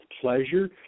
pleasure